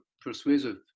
persuasive